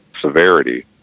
severity